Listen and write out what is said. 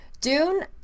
Dune